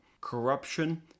corruption